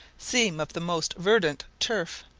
seem of the most verdant turf.